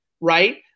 Right